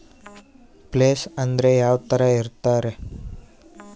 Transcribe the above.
Place ಅಂದ್ರೆ ಯಾವ್ತರ ಇರ್ತಾರೆ?